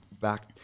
back